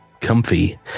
comfy